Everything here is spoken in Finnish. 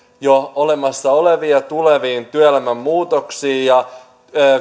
jo olemassa oleviin ja tuleviin työelämän muutoksiin ja